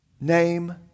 name